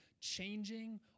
changing